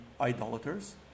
idolaters